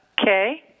Okay